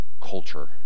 culture